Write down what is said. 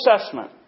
assessment